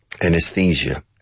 Anesthesia